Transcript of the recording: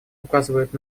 указывают